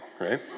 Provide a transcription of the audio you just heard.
right